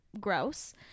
gross